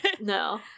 No